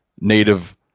native